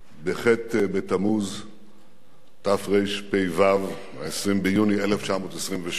בח' בתמוז תרפ"ו, 20 ביוני 1926,